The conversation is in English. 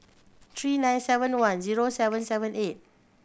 three nine seven one zero seven seven eight